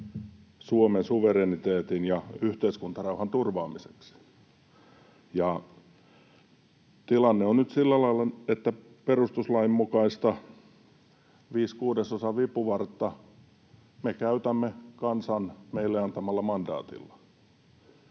Suomen suvereniteetin ja yhteiskuntarauhan turvaamiseksi. Tilanne on nyt sillä lailla, että perustuslain mukaista viiden kuudesosan vipuvartta me käytämme kansan meille antamalla mandaatilla,